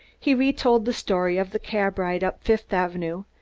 he retold the story of the cab ride up fifth avenue,